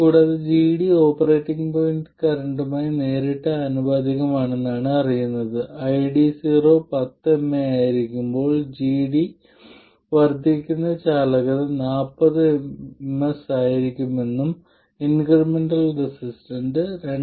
കൂടാതെ gD operating point കറന്റുമായി നേരിട്ട് ആനുപാതികമാണെന്ന് അറിയുന്നത് ID0 10mA ആയിരിക്കുമ്പോൾ gD വർദ്ധിക്കുന്ന ചാലകത 400mS ആയിരിക്കുമെന്നും ഇൻക്രിമെന്റൽ റെസിസ്റ്റൻസ് 2